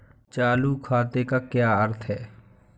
चालू खाते का क्या अर्थ है?